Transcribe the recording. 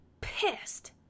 pissed